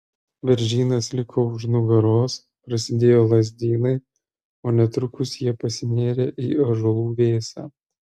beržynas liko už nugaros prasidėjo lazdynai o netrukus jie pasinėrė į ąžuolų vėsą